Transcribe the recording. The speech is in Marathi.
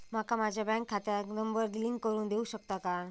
माका माझ्या बँक खात्याक नंबर लिंक करून देऊ शकता काय?